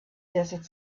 desert